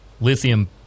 lithium